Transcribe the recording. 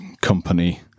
company